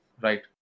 right